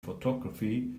photography